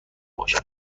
باشم